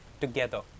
together